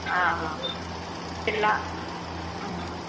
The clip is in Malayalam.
ആ പിള്ളേർ ആ